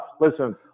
listen